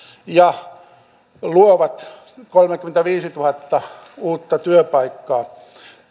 ja luovat kolmekymmentäviisituhatta uutta työpaikkaa